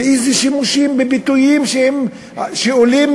ואיזה שימושים וביטויים שעולים